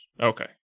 Okay